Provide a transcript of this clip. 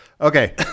Okay